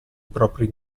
propri